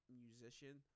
musician